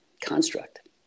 construct